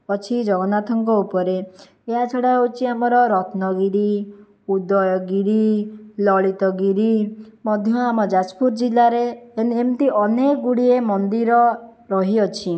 ଅଛି ଜଗନ୍ନାଥଙ୍କ ଉପରେ ଏହାଛଡ଼ା ହେଉଛି ଆମର ରତ୍ନଗିରି ଉଦୟଗିରି ଲଳିତଗିରି ମଧ୍ୟ ଆମ ଯାଜପୁର ଜିଲ୍ଲାରେ ଏମିତି ଅନେକ ଗୁଡ଼ିଏ ମନ୍ଦିର ରହିଅଛି